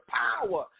power